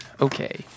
Okay